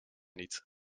niet